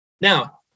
Now